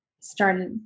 started